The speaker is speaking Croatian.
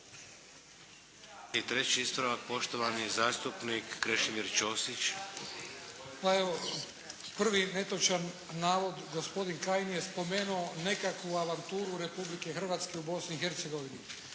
I treći ispravak, poštovani zastupnik Krešimir Ćosić. **Ćosić, Krešimir (HDZ)** Pa evo, prvi netočan navod. Gospodin Kajin je spomenuo nekakvu avanturu Republike Hrvatske u Bosni